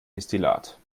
destillat